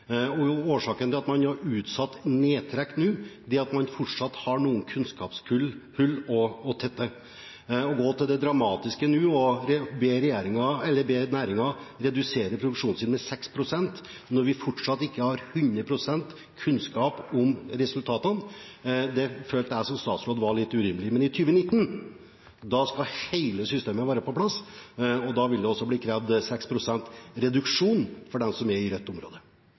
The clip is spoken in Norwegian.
2019. Årsaken til at man har utsatt nedtrekk nå, er at man fortsatt har noen kunnskapshull å tette. Å gå til det dramatiske skritt nå å be næringen redusere produksjonen sin med 6 pst., når vi fortsatt ikke har hundre prosent kunnskap om resultatene, følte jeg som statsråd var litt urimelig. Men i 2019 skal hele systemet være på plass, og da vil det også bli krevd 6 pst. reduksjon for dem som er i rødt område.